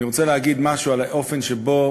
אני רוצה להגיד משהו על האופן שבו